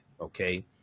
okay